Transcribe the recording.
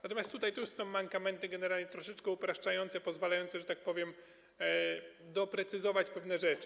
Natomiast tutaj to już są mankamenty generalnie troszeczkę upraszczające, pozwalające, że tak powiem, doprecyzować pewne rzeczy.